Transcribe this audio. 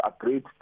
agreed